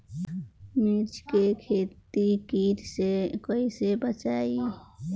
मिर्च के खेती कीट से कइसे बचाई?